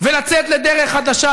ולצאת לדרך חדשה.